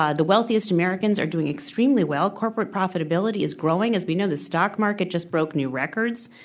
ah the wealthiest americans are doing extremely well. corporate profitability is growing as we know, the stock market just broke new records.